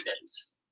days